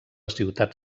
ciutat